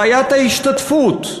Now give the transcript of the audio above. בעיית ההשתתפות,